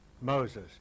Moses